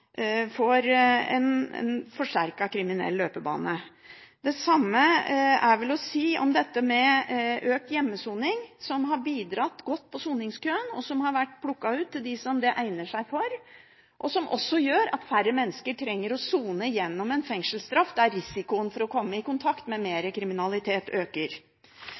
en forsterket kriminell løpebane. Det samme er vel å si om økt hjemmesoning, som har bidratt godt når det gjelder soningskøen, og som har vært plukket ut til dem det egner seg for. Det gjør også at færre mennesker trenger å sone i fengsel, der risikoen for å komme i kontakt med mer kriminalitet øker.